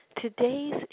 today's